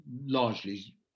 largely